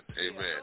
amen